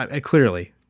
clearly